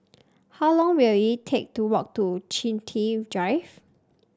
how long will it take to walk to Chiltern Drive